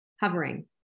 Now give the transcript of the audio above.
hovering